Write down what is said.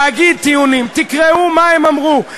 להגיד טיעונים, תקראו מה הם אמרו.